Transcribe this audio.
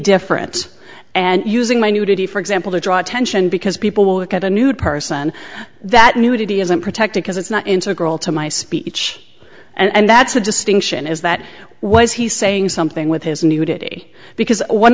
different and using my nudity for example to draw attention because people look at a nude person that nudity isn't protected as it's not integral to my speech and that's a distinction is that was he saying something with his nudity because one